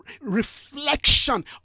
reflection